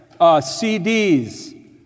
CDs